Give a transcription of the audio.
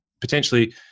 potentially